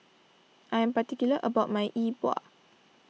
I am particular about my Yi Bua